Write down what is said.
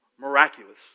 miraculous